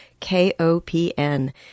KOPN